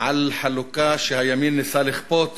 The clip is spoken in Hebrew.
על חלוקה שהימין ניסה לכפות